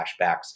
flashbacks